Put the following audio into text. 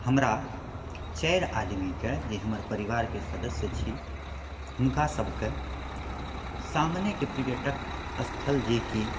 हमरा चारि आदमीके जे हमर परिवारके सदस्य छी हुनका सभके सामनेके पर्यटक स्थल जेकि